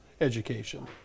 education